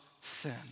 sin